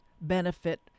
benefit